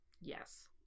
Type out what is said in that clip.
Yes